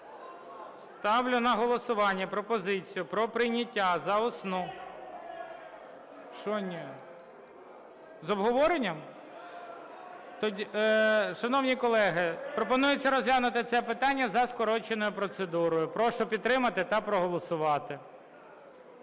Ставлю на голосування пропозицію про прийняття за основу... (Шум у залі) Що "ні"? З обговоренням? Шановні колеги, пропонується розглянути це питання за скороченою процедурою. Прошу підтримати та проголосувати.